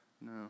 No